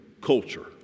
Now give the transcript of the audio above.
culture